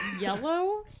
Yellow